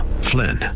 Flynn